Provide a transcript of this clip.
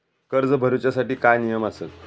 कर्ज भरूच्या साठी काय नियम आसत?